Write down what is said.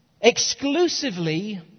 exclusively